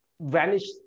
vanished